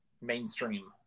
mainstream